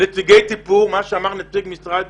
מה שאמר נציג משרד